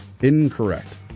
Incorrect